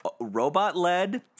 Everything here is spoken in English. robot-led